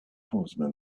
horseman